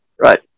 right